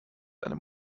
einem